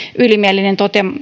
ylimielinen